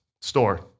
store